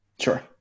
Sure